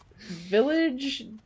village